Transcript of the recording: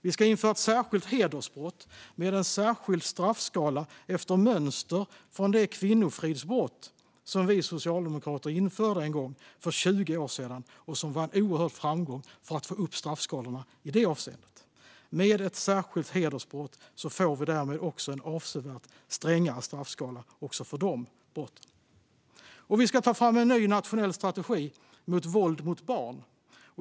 Vi ska införa ett särskilt hedersbrott med en särskild straffskala efter mönster från det kvinnofridsbrott som vi socialdemokrater införde för 20 år sedan och som varit en oerhörd framgång för att få upp straffskalorna i det avseendet. Med ett särskilt hedersbrott får vi en avsevärt strängare straffskala också för de brotten. Vi ska ta fram en ny nationell strategi mot våld mot barn.